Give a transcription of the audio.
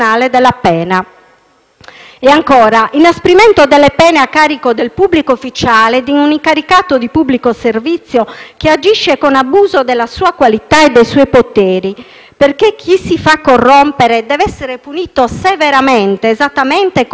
un inasprimento delle pene a carico del pubblico ufficiale o di un incaricato di pubblico servizio che agisce con abuso della sua qualità e dei suoi poteri, perché chi si fa corrompere deve essere punito severamente, esattamente come chi corrompe.